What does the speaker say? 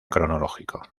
cronológico